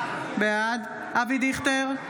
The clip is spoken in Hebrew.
בעד אבי דיכטר,